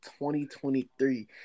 2023